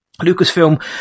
Lucasfilm